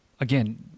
again